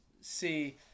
see